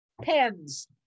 pens